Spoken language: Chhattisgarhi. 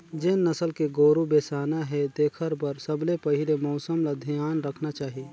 जेन नसल के गोरु बेसाना हे तेखर बर सबले पहिले मउसम ल धियान रखना चाही